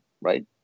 right